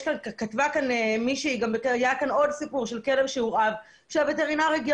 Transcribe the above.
היה כאן עוד סיפור שהכלב הורעב והווטרינר הגיע